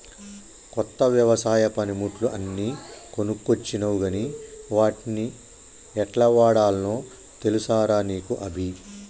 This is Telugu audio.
కొత్త వ్యవసాయ పనిముట్లు అన్ని కొనుకొచ్చినవ్ గని వాట్ని యెట్లవాడాల్నో తెలుసా రా నీకు అభి